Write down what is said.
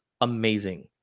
amazing